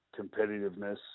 competitiveness